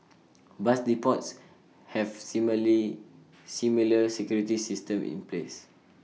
bus depots have smily similar security systems in place